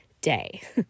day